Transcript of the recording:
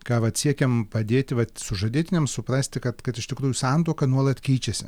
ką vat siekiam padėti vat sužadėtiniam suprasti kad kad iš tikrųjų santuoka nuolat keičiasi